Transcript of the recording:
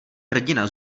hrdina